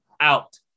out